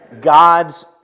God's